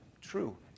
true